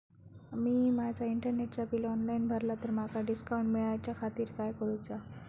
मी माजा इंटरनेटचा bill online भरला तर माका डिस्काउंट मिलाच्या खातीर काय करुचा?